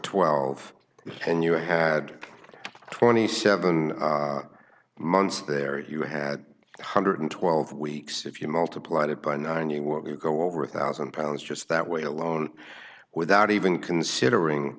twelve then you had twenty seven months there you had one hundred and twelve weeks if you multiply that by nine you were to go over a one thousand pounds just that way alone without even considering